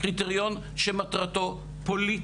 קריטריון שמטרתו פוליטית,